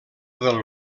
del